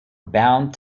bound